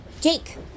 jake